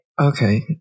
Okay